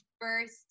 first